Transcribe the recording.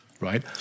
right